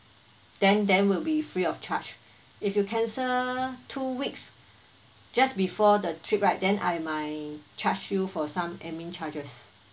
then then will be free of charge if you cancel two weeks just before the trip right then I might charge you for some admin charges